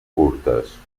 curtes